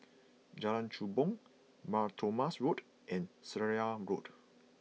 Jalan Kechubong Mar Thoma Road and Seraya Road